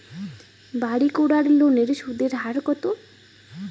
বাড়ির করার লোনের সুদের হার কত?